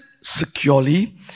securely